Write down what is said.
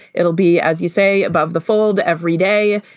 it'll be as you say above the fold every day.